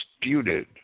disputed